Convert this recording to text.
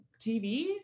tv